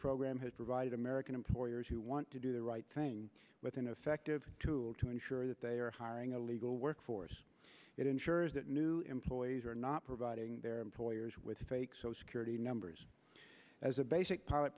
program has provided american employers who want to do the right thing with an effective tool to ensure that they are hiring a legal workforce that ensures that new employees are not providing their employers with fake so security numbers as a basic pilot